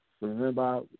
remember